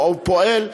והוא פועל.